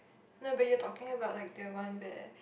no but you're talking about like the one where